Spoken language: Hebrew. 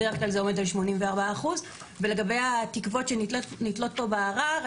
בדרך כלל זה עומד על 84 אחוז ולגבי התקוות שנתלות פה בערער,